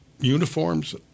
uniforms –